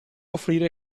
offrire